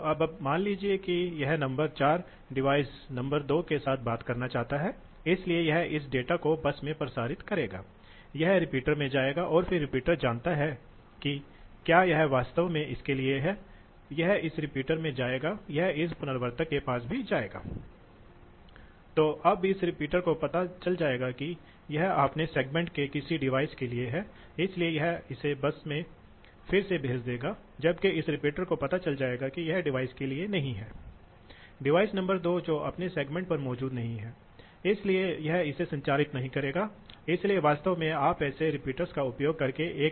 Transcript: तो मूल रूप से डैम्पर्स भी इसी तरह की चीजें हैं इसलिए आप क्या करते हैं आप पंखे के आउटलेटपर एक डैम्पर्स डालते हैं इसलिए मूल रूप से डैम्पर्सडाल प्रतिरोध करते हैं और हवा को स्पष्ट रूप से प्रवाह करने की अनुमति नहीं देते हैं इसलिए इसके द्वारा आप कम करने की कोशिश करते हैं प्रवाह यह एक तरीका है यह प्रवाह नियंत्रण की एक अपेक्षाकृत सरल विधि है क्योंकि डैम्पर्स में किसी विशेष प्रतिरोध को बनाने या किसी विशेष नम कोण को बनाने के लिए आवश्यक नियंत्रण वास्तव में बहुत सरल है